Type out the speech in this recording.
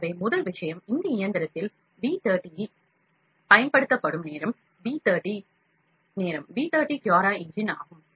எனவே முதல் விஷயம் இந்த இயந்திரத்தில் V 30 இல் பயன்படுத்தப்படும் நேரம் V 30 CuraEngine ஆகும்